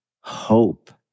hope